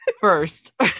first